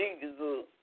Jesus